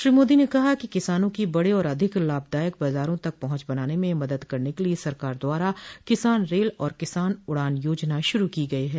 श्री मोदी ने कहा कि किसानों की बड़े और अधिक लाभदायक बाजारों तक पहुंच बनाने में मदद करने के लिए सरकार द्वारा किसान रेल और किसान उडान योजना श्रू की गई है